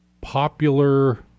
popular